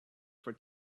for